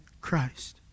Christ